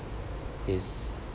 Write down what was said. is